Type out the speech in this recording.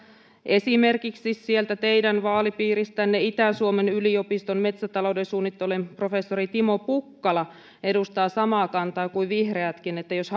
esimerkiksi sieltä teidän vaalipiiristänne itä suomen yliopiston metsätalouden suunnittelun professori timo pukkala edustaa samaa kantaa kuin vihreätkin eli että jos